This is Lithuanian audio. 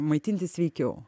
maitintis sveikiau